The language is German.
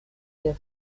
der